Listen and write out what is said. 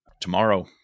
Tomorrow